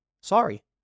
Sorry